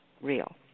real